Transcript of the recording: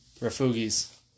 refugees